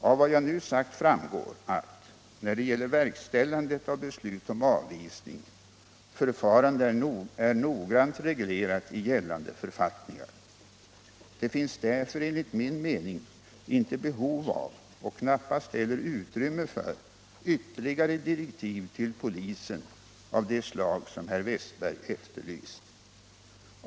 Av vad jag nu sagt framgår att, när det gäller verkställandet av beslut om avvisning, förfarandet är noggrant reglerat i gällande författningar. Det finns därför enligt min mening inte behov av — och knappast heller utrymme för — ytterligare direktiv till polisen av det slag som herr Wästberg efterlyst.